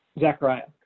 Zechariah